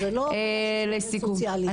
לסיכום.